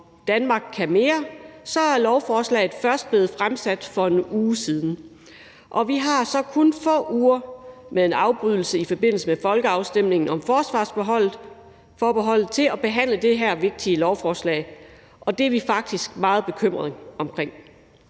»Danmark kan mere«, er lovforslaget først blevet fremsat for 1 uge siden. Og vi har så kun få uger, med en afbrydelse i forbindelse med folkeafstemningen om forsvarsforbeholdet, til at behandle det her vigtige lovforslag i, og det er vi faktisk meget bekymrede over.